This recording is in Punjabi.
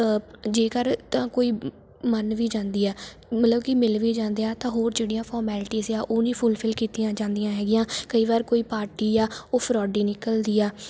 ਜੇਕਰ ਤਾਂ ਕੋਈ ਮੰਨ ਵੀ ਜਾਂਦੀ ਆ ਮਤਲਬ ਮਿਲ ਵੀ ਜਾਂਦੇ ਆ ਤਾਂ ਹੋਰ ਜਿਹੜੀਆਂ ਫੋਮੈਲਟੀਜ ਆ ਉਹ ਨਹੀਂ ਫੁਲਫਿਲ ਕੀਤੀਆਂ ਜਾਂਦੀਆਂ ਹੈਗੀਆਂ ਕਈ ਵਾਰ ਕੋਈ ਪਾਰਟੀ ਆ ਉਹ ਫਰੋਡੀ ਨਿਕਲਦੀ ਆ